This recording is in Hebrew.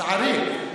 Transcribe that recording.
לצערי,